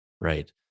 Right